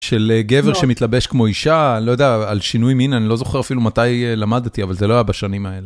של גבר שמתלבש כמו אישה לא יודע על שינוי מין אני לא זוכר אפילו מתי למדתי אבל זה לא היה בשנים האלה.